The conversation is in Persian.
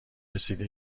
رسیده